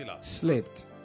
slept